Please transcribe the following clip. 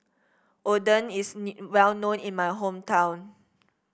oden is well known in my hometown